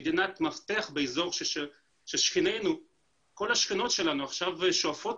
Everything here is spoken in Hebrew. מדינת מפתח באזור שכל השכנות שלנו שואפות